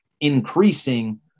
increasing